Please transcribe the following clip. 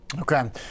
Okay